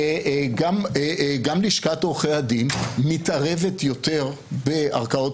גם לשכת עורכי הדין מתערבת יותר בערכאות